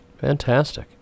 Fantastic